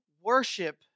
Worship